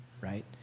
Right